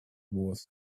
was